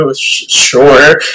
sure